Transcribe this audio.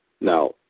Now